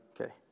Okay